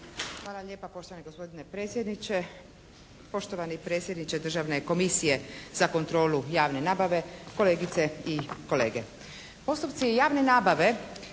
Hvala lijepa poštovani gospodine predsjedniče, poštovani predsjedniče Državne komisije za kontrolu javne nabave, kolegice i kolege. Postupci javne nabave